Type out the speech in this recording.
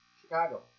Chicago